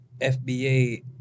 FBA